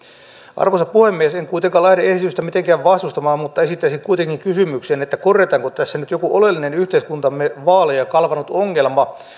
arvoisa puhemies en kuitenkaan lähde esitystä mitenkään vastustamaan mutta esittäisin kuitenkin kysymyksen korjataanko tässä nyt joku oleellinen yhteiskuntamme vaaleja kalvanut ongelma